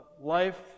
life